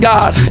God